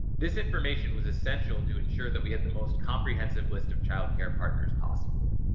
this information was essential to ensure that we had the most comprehensive list of child care partners possible.